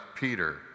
Peter